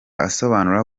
asobanura